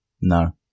No